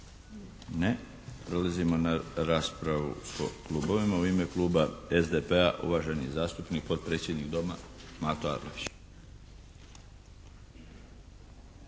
Ne. Prelazimo na raspravu po klubovima. U ime kluba SDP-a, uvaženi zastupnik, potpredsjednik Doma Mato Arlović.